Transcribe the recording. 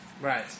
Right